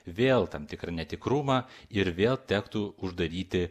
vėl tam tikrą netikrumą ir vėl tektų uždaryti